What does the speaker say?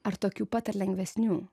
ar tokių pat ar lengvesnių